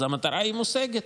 אז המטרה מושגת.